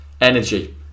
energy